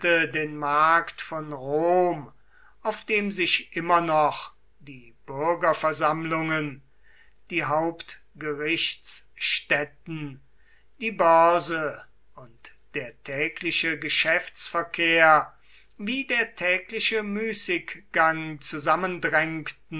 den markt von rom auf dem sich immer noch die bürgerversammlungen die hauptgerichtsstätten die börse und der tägliche geschäftsverkehr wie der tägliche müßiggang zusammendrängten